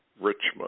Richmond